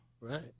right